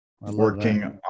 working